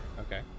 Okay